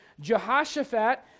Jehoshaphat